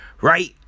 Right